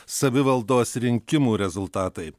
savivaldos rinkimų rezultatai